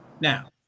Now